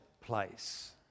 place